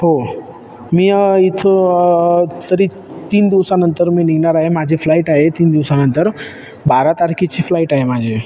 हो मी इथं तरी तीन दिवसांनंतर मी निघणार आहे माझी फ्लाईट आहे तीन दिवसांनंतर बारा तारखेची फ्लाईट आहे माझी